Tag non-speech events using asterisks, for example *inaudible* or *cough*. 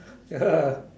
ya *laughs*